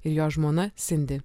ir jo žmona sindi